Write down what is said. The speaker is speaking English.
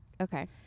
Okay